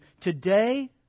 Today